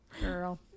Girl